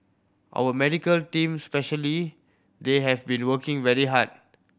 our medical teams especially they have been working very hard